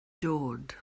dod